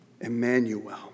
Emmanuel